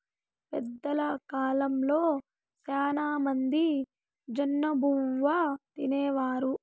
పెద్దల కాలంలో శ్యానా మంది జొన్నబువ్వ తినేవారు